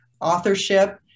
authorship